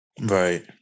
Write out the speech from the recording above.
right